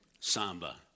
samba